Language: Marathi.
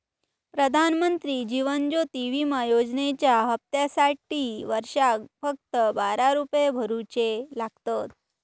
प्रधानमंत्री जीवन ज्योति विमा योजनेच्या हप्त्यासाटी वर्षाक फक्त बारा रुपये भरुचे लागतत